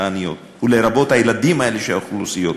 העניות ולרבות הילדים האלה של האוכלוסיות.